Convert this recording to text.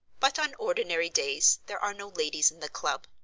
but on ordinary days there are no ladies in the club,